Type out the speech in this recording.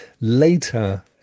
Later